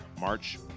March